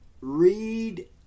read